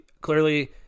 Clearly